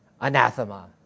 anathema